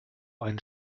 einen